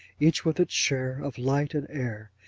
each with its share of light and air.